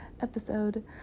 episode